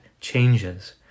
changes